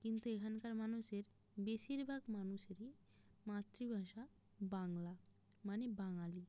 কিন্তু এখানকার মানুষের বেশিরভাগ মানুষেরই মাতৃভাষা বাংলা মানে বাঙালি